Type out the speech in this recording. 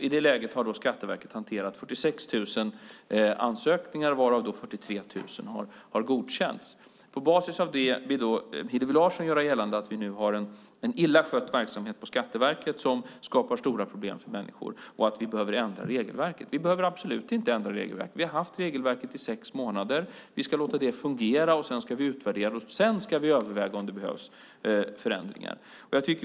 I det läget har Skatteverket hanterat 46 000 ansökningar, varav 43 000 har godkänts. På basis av det vill Hillevi Larsson göra gällande att vi nu har en illa skött verksamhet på Skatteverket som skapar stora problem för människor och att vi behöver ändra regelverket. Vi behöver absolut inte ändra regelverket! Vi har haft regelverket i sex månader. Vi ska låta det fungera, sedan ska vi utvärdera det. Därefter ska vi överväga om det behövs förändringar.